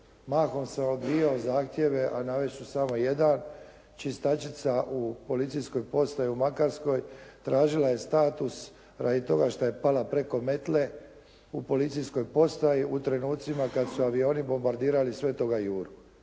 mahom sam odbijao zahtjeve a navest ću samo jedan. Čitačica u policijskoj postaji u Makarskoj tražila je status radi toga što je pala preko metle u policijskoj postaji u trenucima kad su avioni bombardirali Svetoga Juru.